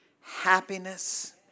happiness